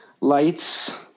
lights